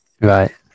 Right